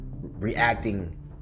reacting